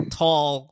tall